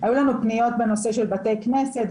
היו לנו פניות של בתי כנסת,